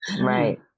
right